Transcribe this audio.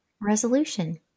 resolution